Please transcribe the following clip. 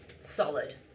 Solid